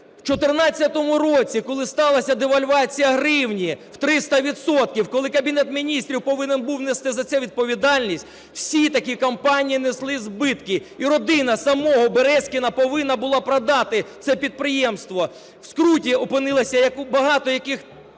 в 2014 році, коли сталася девальвація гривні в 300 відсотків, коли Кабінет Міністрів повинен був нести за це відповідальність, всі такі компанії несли збитки і родина самого Березкіна повинна була продати це підприємство, в скруті опинилася, як багато таких